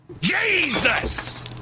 Jesus